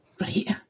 Right